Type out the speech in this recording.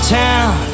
town